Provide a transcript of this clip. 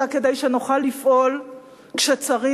אלא כדי שנוכל לפעול כשצריך